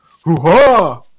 hoo-ha